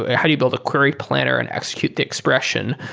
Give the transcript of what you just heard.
ah how do you build a query planner and execute the expression?